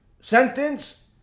sentence